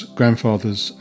grandfathers